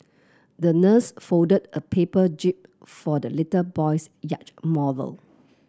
the nurse folded a paper jib for the little boy's yacht model